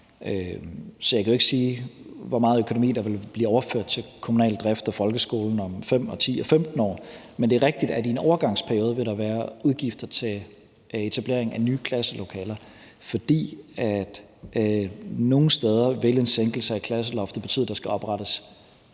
Så jeg kan jo ikke sige, hvor meget økonomi der vil blive overført til kommunal drift og folkeskolen om 5 og 10 og 15 år. Men det er rigtigt, at der i en overgangsperiode vil være udgifter til etablering af nye klasselokaler, fordi en sænkelse af klasseloftet nogle steder vil betyde,